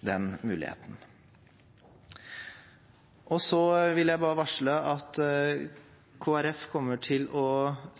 den muligheten. Så vil jeg bare varsle at Kristelig Folkeparti kommer til å